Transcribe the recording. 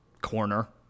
corner